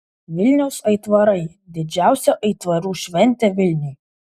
vilniaus aitvarai didžiausia aitvarų šventė vilniui